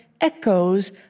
echoes